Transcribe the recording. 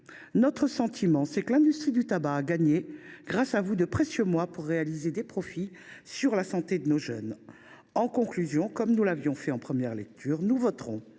le sentiment que, grâce à vous, l’industrie du tabac a gagné de précieux mois pour réaliser des profits sur la santé de nos jeunes. En conclusion, comme nous l’avons fait en première lecture, nous voterons